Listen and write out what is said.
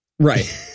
Right